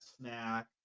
snack